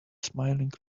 smiling